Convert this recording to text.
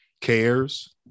cares